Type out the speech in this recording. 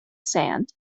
sand